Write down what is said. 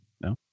no